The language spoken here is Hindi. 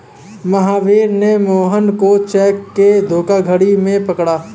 महावीर ने मोहन को चेक के धोखाधड़ी में पकड़ा